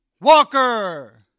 Walker